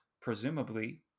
presumably